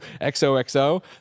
XOXO